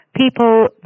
People